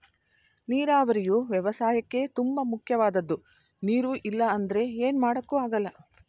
ನೀರಾವರಿಯು ವ್ಯವಸಾಯಕ್ಕೇ ತುಂಬ ಮುಖ್ಯವಾದದ್ದು ನೀರು ಇಲ್ಲ ಅಂದ್ರೆ ಏನು ಮಾಡೋಕ್ ಆಗಲ್ಲ